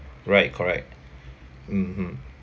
right correct mmhmm